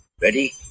Ready